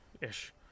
ish